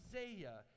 Isaiah